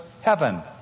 heaven